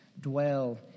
dwell